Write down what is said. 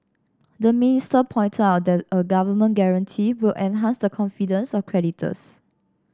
the minister pointed out that a government guarantee will enhance the confidence of creditors